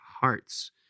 hearts